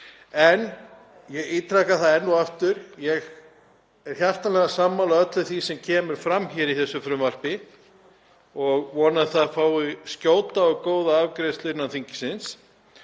En ég ítreka það enn og aftur: Ég er hjartanlega sammála öllu því sem kemur fram í þessu frumvarpi og vona að það fái skjóta og góða afgreiðslu innan þingsins